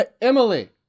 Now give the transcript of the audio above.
Emily